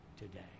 today